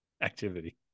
activity